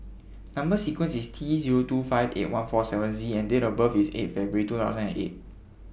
Number sequence IS T Zero two five eight one four seven Z and Date of birth IS eighth February two thousand and eight